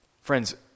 Friends